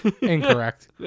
Incorrect